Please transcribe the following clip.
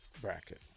bracket